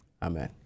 Amen